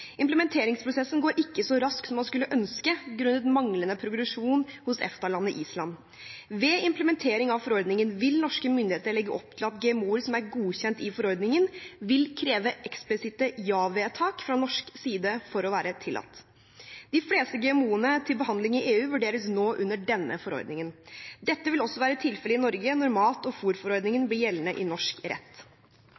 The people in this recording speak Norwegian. Implementeringsprosessen går ikke så raskt som man skulle ønske grunnet manglende progresjon hos EFTA-landet Island. Ved implementering av forordningen vil norske myndigheter legge opp til at GMO-er som er godkjent i forordningen, vil kreve eksplisitte ja-vedtak fra norsk side for å være tillatt. De fleste GMO-ene til behandling i EU vurderes nå under denne forordningen. Dette vil også være tilfellet i Norge når mat- og fôrforordningen blir gjeldende i norsk rett.